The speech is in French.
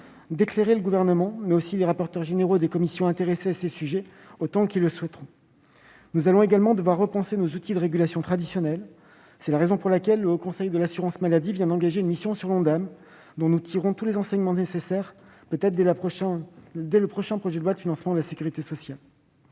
d'éclairer le Gouvernement, mais aussi les rapporteurs généraux des commissions intéressées à ces sujets à l'Assemblée nationale et au Sénat. Nous allons également devoir repenser nos outils de régulation traditionnels. C'est la raison pour laquelle le Haut Conseil pour l'avenir de l'assurance maladie vient d'engager une mission sur l'Ondam, dont nous tirerons tous les enseignements nécessaires, peut-être dès le prochain projet de loi de financement de la sécurité sociale.